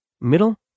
Middle